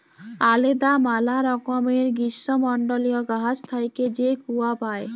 আলেদা ম্যালা রকমের গীষ্মমল্ডলীয় গাহাচ থ্যাইকে যে কূয়া পাই